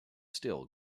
still